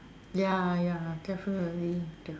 ya ya definitely